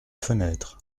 fenêtre